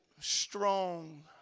strong